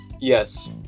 Yes